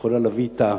יכולה להביא אתה,